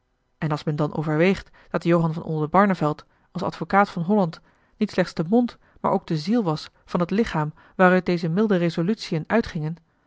en als men dan overweegt dat johan van oldenbarneveld als advocaat van holland niet slechts de mond maar ook de ziel was van het lichaam waaruit deze milde resolutiën uitgingen